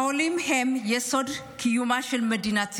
העולים הם יסוד קיומה של מדינת ישראל,